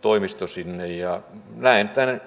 toimisto sinne näen tämän